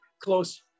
close